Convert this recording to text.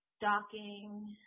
Docking